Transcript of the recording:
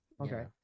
Okay